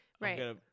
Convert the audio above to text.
right